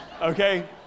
okay